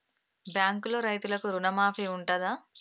బ్యాంకులో రైతులకు రుణమాఫీ ఉంటదా?